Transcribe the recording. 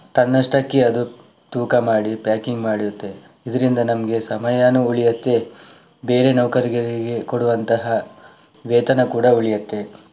ತನ್ನಷ್ಟಕ್ಕೆ ಅದು ತೂಕ ಮಾಡಿ ಪ್ಯಾಕಿಂಗ್ ಮಾಡುತ್ತೆ ಇದರಿಂದ ನಮಗೆ ಸಮಯವೂ ಉಳಿಯುತ್ತೆ ಬೇರೆ ನೌಕರರಿಗೆ ಕೊಡುವಂತಹ ವೇತನ ಕೂಡ ಉಳಿಯುತ್ತೆ